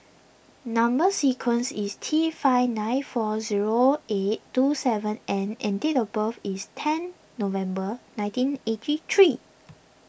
Number Sequence is T five nine four zero eight two seven N and date of birth is ten November nineteen eighty three